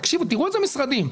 תקשיבו איזה משרדים.